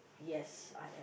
yes I am